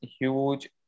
huge